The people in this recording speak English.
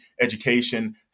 education